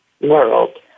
world